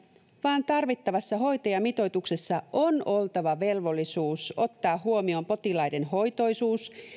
vaan tarvittavassa hoitajamitoituksessa on oltava velvollisuus ottaa huomioon potilaiden hoitoisuus